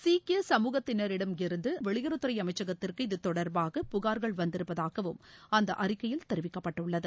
சீக்கிய சமூகத்தினரிடமிருந்துவெளியுறவுத்துறைஅமைச்சகத்திற்கு தொடர்பாக இது புகார்கள் வந்திருப்பதாகவும் அந்தஅறிக்கையில் தெரிவிக்கப்பட்டுள்ளது